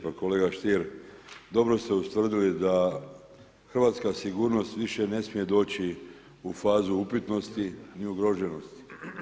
Pa kolega Stier, dobro ste ustvrdili da hrvatska sigurnost više ne smije doći u fazu upitnosti, ni ugroženosti.